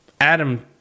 adam